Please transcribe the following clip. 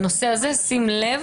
בנושא הזה שים לב